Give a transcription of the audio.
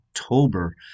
October